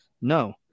No